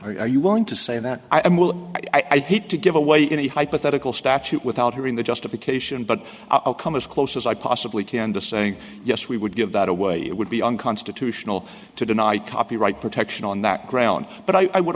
are you willing to say that i will i think to give away any hypothetical statute without hearing the justification but i'll come as close as i possibly can to saying yes we would give that away it would be unconstitutional to deny copyright protection on that ground but i would